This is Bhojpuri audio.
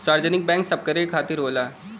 सार्वजनिक बैंक सबकरे खातिर होला